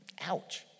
Ouch